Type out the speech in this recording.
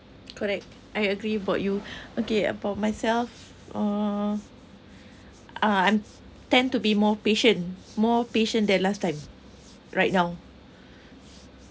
correct I agree about you okay about myself uh I'm tend to be more patience more patience than last time right now